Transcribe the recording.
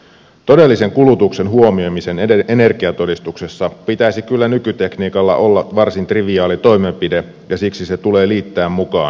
todellisen kulutuksen huomioimisen energiatodistuksessa pitäisi kyllä nykytekniikalla olla varsin triviaali toimenpide ja siksi se tulee liittää mukaan